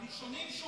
הראשונים שהוא